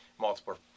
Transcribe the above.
multiple